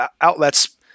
outlets